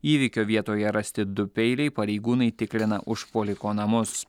įvykio vietoje rasti du peiliai pareigūnai tikrina užpuoliko namus